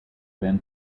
been